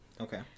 Okay